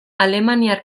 alemaniar